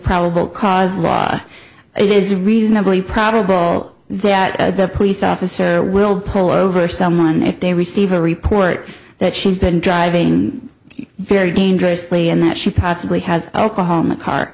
probable cause it is reasonably probable that the police officer will pull over someone if they receive a report that she has been driving very dangerously and that she possibly has oklahoma car